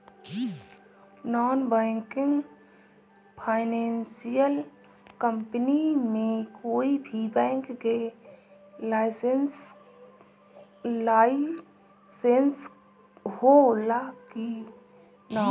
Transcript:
Non banking financial company मे कोई भी बैंक के लाइसेन्स हो ला कि ना?